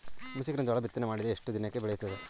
ಮುಸುಕಿನ ಜೋಳ ಬಿತ್ತನೆ ಮಾಡಿದ ಎಷ್ಟು ದಿನಕ್ಕೆ ಬೆಳೆಯುತ್ತದೆ?